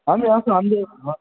आम्ही असा अंदाज